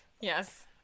Yes